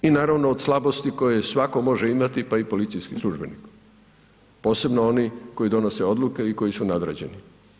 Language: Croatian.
I naravno od slabosti koje svako može imati, pa i policijski službenik, posebno oni koji donose odluke i koji su nadređeni.